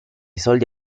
soldi